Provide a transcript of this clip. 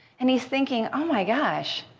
and he's thinking, oh my gosh.